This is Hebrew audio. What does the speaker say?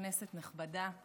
כנסת נכבדה,